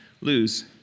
lose